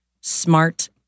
smart